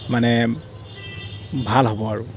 মানে ভাল হ'ব আৰু